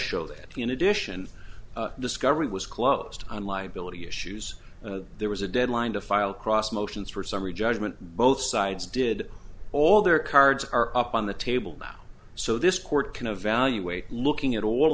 show that in addition discovery was closed on liability issues there was a deadline to file cross motions for summary judgment both sides did all their cards are up on the table now so this court can evaluate looking at all